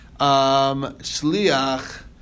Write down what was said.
Shliach